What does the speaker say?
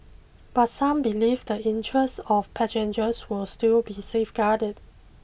but some believe the interests of passengers will still be safeguarded